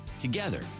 Together